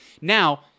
Now